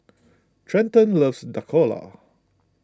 Treyton loves Dhokla